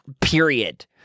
period